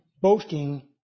boasting